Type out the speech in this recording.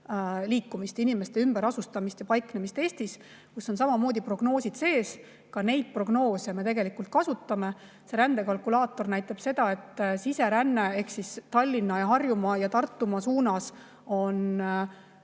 liikumist, inimeste ümberasustamist ja paiknemist Eestis, kus on samamoodi prognoosid sees. Ka neid prognoose me kasutame. Rändekalkulaator näitab, et siseränne Tallinna, Harjumaa ja Tartumaa suunas ei